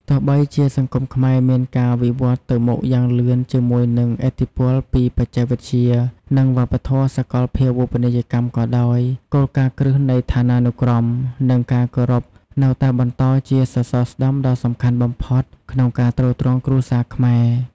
ទោះបីជាសង្គមខ្មែរមានការវិវឌ្ឍន៍ទៅមុខយ៉ាងលឿនជាមួយនឹងឥទ្ធិពលពីបច្ចេកវិទ្យា និងវប្បធម៌សាកលភាវូបនីយកម្មក៏ដោយ គោលការណ៍គ្រឹះនៃឋានានុក្រម និងការគោរពនៅតែបន្តជាសសរស្តម្ភដ៏សំខាន់បំផុត ក្នុងការទ្រទ្រង់គ្រួសារខ្មែរ។